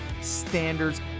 standards